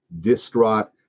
distraught